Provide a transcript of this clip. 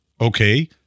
Okay